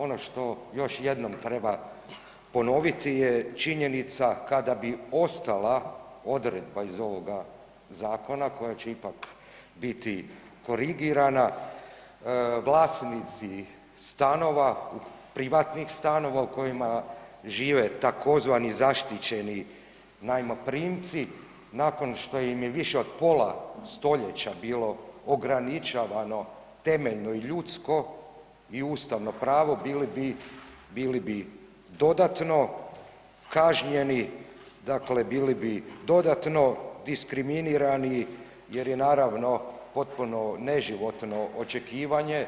Ono što još jednom treba ponoviti je činjenica kada bi ostala odredba iz ovoga zakona koja će ipak biti korigirana vlasnici stanova, privatnih stanova u kojima žive tzv. zaštićeni najmoprimci nakon što im je više od pola stoljeća bilo ograničavano temeljno i ljudsko i ustavno pravo bili bi, bili bi dodatno kažnjeni, dakle bili bi dodatno diskriminirani jer je naravno potpuno neživotno očekivanje